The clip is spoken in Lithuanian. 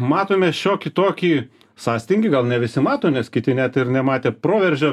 matome šiokį tokį sąstingį gal ne visi mato nes kiti net ir nematė proveržio